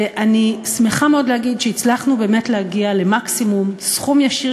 ואני שמחה מאוד להגיד שהצלחנו באמת להגיע למקסימום סכום ישיר,